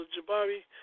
Jabari